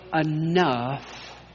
enough